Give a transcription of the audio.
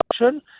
option